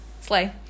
Slay